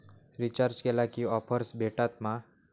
Recharge केला की offers भेटात मा?